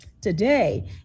Today